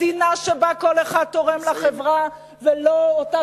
מדינה שבה כל אחד תורם לחברה ולא אותה